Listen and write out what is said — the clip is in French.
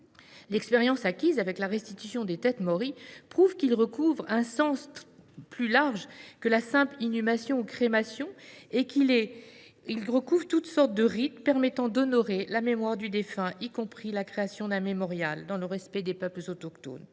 l’expérience acquise avec la restitution des têtes maories prouve qu’il recouvre un sens plus large que la simple inhumation ou crémation et qu’il recouvre toutes sortes de rites permettant d’honorer la mémoire du défunt, y compris la création d’un mémorial. Le texte met par ailleurs